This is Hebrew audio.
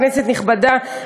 כנסת נכבדה,